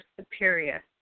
superior